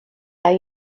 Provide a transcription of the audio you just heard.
are